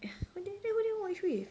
uh then who did I watch with